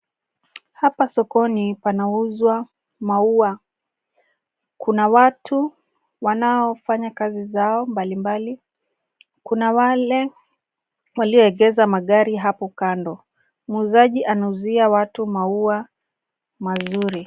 Hapa sokoni panauzwa maua. Kuna watu wanaofanya kazi zao mbalimbali. Kuna wale walioegesha magari hapo kando. Muuzaji anauzia watu maua mazuri.